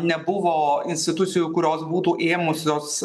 nebuvo institucijų kurios būtų ėmusios